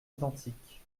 identiques